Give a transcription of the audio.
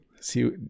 See